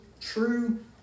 true